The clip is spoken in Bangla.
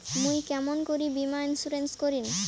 মুই কেমন করি বীমা ইন্সুরেন্স করিম?